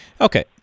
Okay